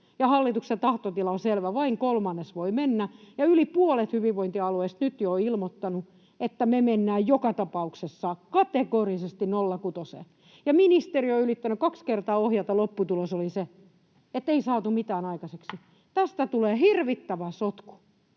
hallituksen tahtotila on selvä — vain kolmannes voi mennä — ja yli puolet hyvinvointialueista on jo nyt ilmoittanut, että me mennään joka tapauksessa kategorisesti 0,6:een. Ministeriö on yrittänyt tätä kaksi kertaa ohjata, ja lopputulos oli se, ettei saatu mitään aikaiseksi. Tästä tulee hirvittävä sotku,